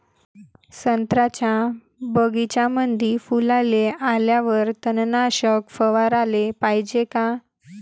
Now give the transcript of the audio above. संत्र्याच्या बगीच्यामंदी फुलाले आल्यावर तननाशक फवाराले पायजे का?